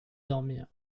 dormir